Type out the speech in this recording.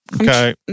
Okay